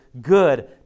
good